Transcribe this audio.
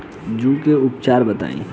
जूं के उपचार बताई?